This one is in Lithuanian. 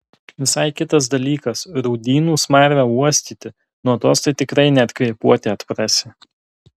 visai kitas dalykas rūdynų smarvę uostyti nuo tos tai tikrai net kvėpuoti atprasi